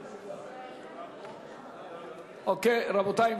אוקיי, רבותי.